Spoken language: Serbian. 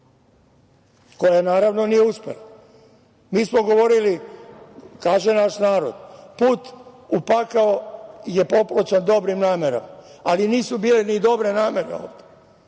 koja naravno, nije uspela. Mi smo govorili, kaže naš narod – put u pakao je popločan dobrim namerama, ali nisu bile ni dobre namere.